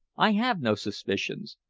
i have no suspicions.